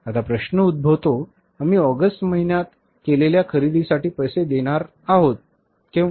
आता प्रश्न उद्भवतो आम्ही ऑगस्ट महिन्यात केलेल्या खरेदींसाठी पैसे देणार आहोत तेव्हा